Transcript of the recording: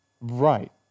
Right